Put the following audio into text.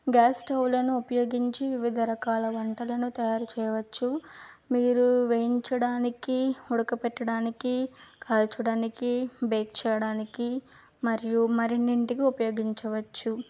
gas స్టవ్వులను ఉపయోగించి వివిధ రకాల వంటలను తయారు చేయవచ్చు మీరు వేయించడానికి ఉడకబెట్టడానికి కాల్చడానికి బేక్ చేయడానికి మరియు మరిన్నింటికి ఉపయోగించవచ్చు